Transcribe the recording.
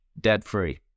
debt-free